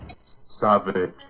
Savage